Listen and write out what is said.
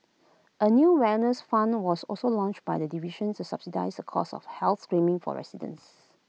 A new wellness fund was also launched by the division to subsidise the cost of health screenings for residents